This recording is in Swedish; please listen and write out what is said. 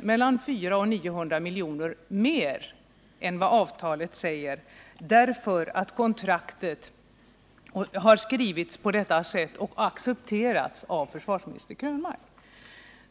mellan 400 och 900 milj.kr. mer för JA 37 Viggen, därför att kontraktet skrivits på detta sätt och accepterats av försvarsminister Krönmark.